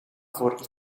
voor